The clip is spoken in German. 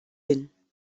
hin